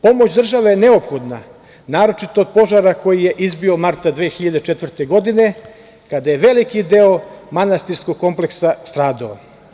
Pomoć države je neophodna, naročito od požara koji je izbio marta 2004. godine, kada je veliki deo manastirskog kompleksa stradao.